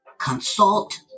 consult